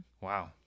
Wow